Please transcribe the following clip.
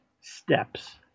steps